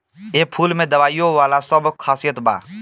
एह फूल में दवाईयो वाला सब खासियत बा